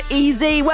easy